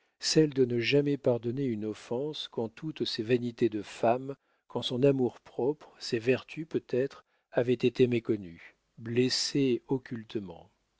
celle de ne jamais pardonner une offense quand toutes ses vanités de femme quand son amour-propre ses vertus peut-être avaient été méconnus blessés occultement